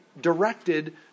directed